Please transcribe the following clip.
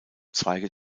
zweige